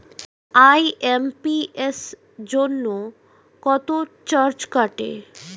IMPS জন্য কত charge কাটে?